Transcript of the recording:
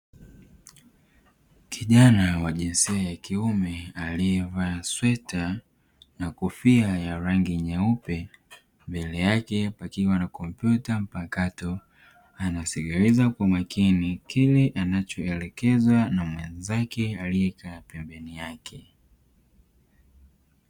Kijana wa jinsia ya kiume aliyevaa sweta na kofia ya rangi nyeupe mbele yake kukiwa na kompyuta mpakato anasikiliza kwa makini kile anachoelekezwa na mwenzake aliyekaa pembeni yake.